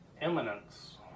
eminence